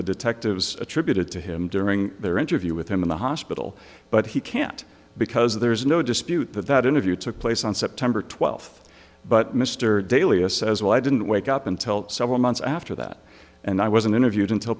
the detectives attributed to him during their interview with him in the hospital but he can't because there is no dispute that that interview took place on september twelfth but mr daly a says well i didn't wake up until several months after that and i wasn't interviewed until